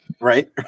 Right